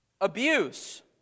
abuse